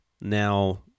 Now